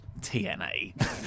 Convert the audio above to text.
TNA